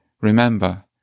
Remember